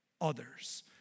others